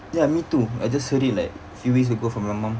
ya me too I just heard it like few weeks ago from my mum